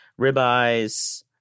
ribeyes